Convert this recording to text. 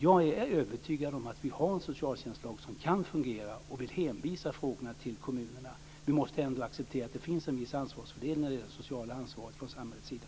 Jag är övertygad om att vi har en socialtjänstlag som kan fungera och vill hänvisa frågorna till kommunerna. Vi måste ändå acceptera att det finns en viss ansvarsfördelning när det gäller det sociala ansvaret från samhällets sida.